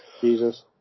Jesus